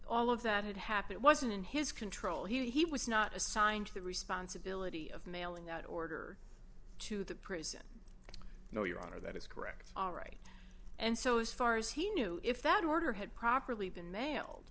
all of that had happened wasn't in his control he was not assigned to the responsibility of mailing that order to the prison no your honor that is correct all right and so as far as he knew if that order had properly been mailed